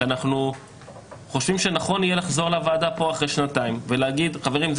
כי אנחנו חושבים שנכון יהיה לחזור לוועדה פה אחרי שנתיים ולהגיד: חברים,